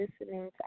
listening